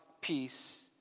peace